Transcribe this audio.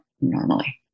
normally